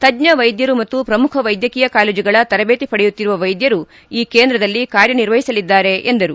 ತಜ್ಜ ವೈದ್ಯರು ಮತ್ತು ಪ್ರಮುಖ ವೈದ್ಯಕೀಯ ಕಾಲೇಜುಗಳ ತರಬೇತಿ ಪಡೆಯುತ್ತಿರುವ ವೈದ್ಯರು ಈ ಕೇಂದ್ರದಲ್ಲಿ ಕಾರ್ಯನಿರ್ವಹಿಸಲಿದ್ದಾರೆ ಎಂದರು